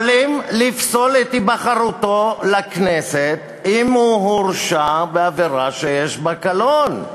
יכולים לפסול את היבחרותו לכנסת אם הוא הורשע בעבירה שיש עמה קלון.